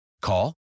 Call